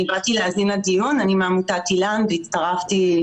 אני בעד הצעת החוק הזאת.